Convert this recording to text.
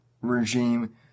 regime